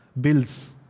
bills